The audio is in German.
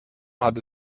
hatte